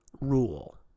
rule